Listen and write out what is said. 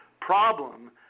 Problem